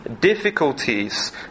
difficulties